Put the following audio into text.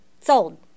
sold